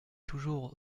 toujours